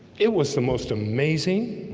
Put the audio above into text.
it was the most amazing